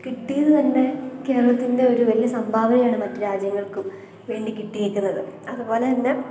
കിട്ടിയത് തന്നെ കേരളത്തിൻ്റെയൊരു വല്യ സംഭാവനയാണ് മറ്റ് രാജ്യങ്ങൾക്കും വേണ്ടി കിട്ടിയേക്കുന്നത് അതുപോലെത്തന്നെ